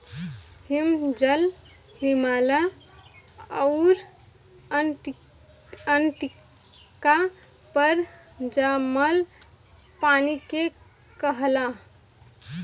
हिमजल, हिमालय आउर अन्टार्टिका पर जमल पानी के कहाला